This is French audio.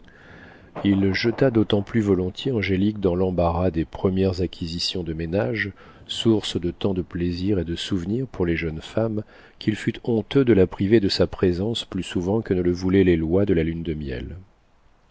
il jeta d'autant plus volontiers angélique dans l'embarras des premières acquisitions de ménage source de tant de plaisirs et de souvenirs pour les jeunes femmes qu'il fut honteux de la priver de sa présence plus souvent que ne le voulaient les lois de la lune de miel